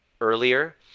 earlier